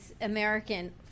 American